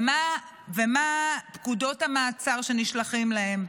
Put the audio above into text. ומה פקודות המעצר שנשלחים להם.